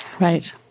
Right